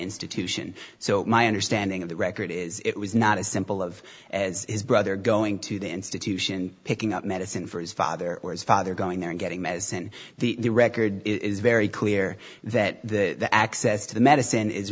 institution so my understanding of the record is it was not as simple of as his brother going to the institution picking up medicine for his father or his father going there and getting medicine the record is very clear that access to medicine is